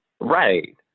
Right